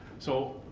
so,